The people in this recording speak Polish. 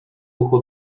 ucho